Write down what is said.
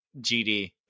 GD